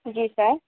जी sir